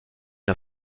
une